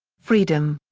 freedom.